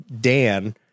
Dan